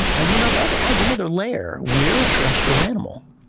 and you know that adds another layer we're a terrestrial animal,